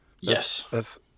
Yes